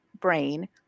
brain